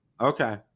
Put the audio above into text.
Okay